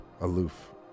aloof